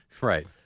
Right